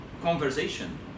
conversation